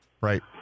Right